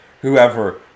whoever